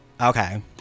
Okay